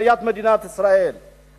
בעיית מדינת ישראל,